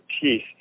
teeth